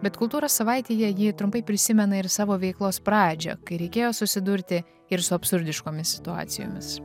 bet kultūros savaitėje ji trumpai prisimena ir savo veiklos pradžią kai reikėjo susidurti ir su absurdiškomis situacijomis